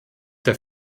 der